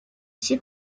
she